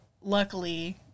luckily